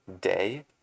day